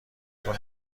تون